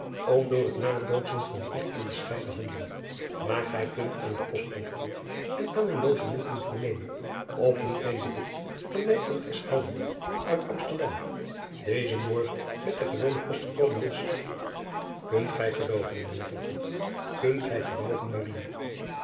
om door het nabootsen van drie onderscheiden handen aar gij kunt aan het ostkantoor en aan mijn ogement doen vernemen of niet deze brief aan mijn adres houdende uit msterdam dezen morgen met den gewonen post gekomen is unt gij gelooven mijn eer kunt gij gelooven